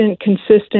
consistent